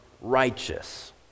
righteous